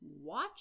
watch